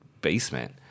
basement